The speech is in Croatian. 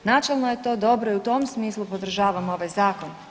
Načelno je to dobro i u tom smislu podržavamo ovaj zakon.